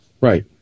Right